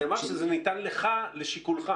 נאמר שזה ניתן לך לשיקולך.